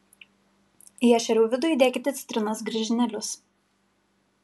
į ešerių vidų įdėkite citrinos griežinėlius